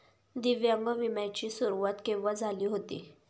दिव्यांग विम्या ची सुरुवात केव्हा झाली होती?